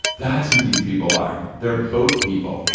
that's who these people are. they're boat people. yeah